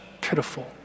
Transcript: pitiful